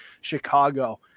Chicago